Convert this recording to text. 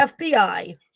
FBI